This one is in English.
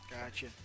Gotcha